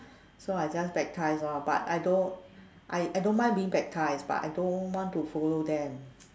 so I just baptise lor but I don't I I don't mind being baptised but I don't want to follow them